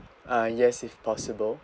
uh yes if possible